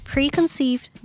Preconceived